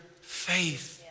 faith